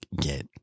get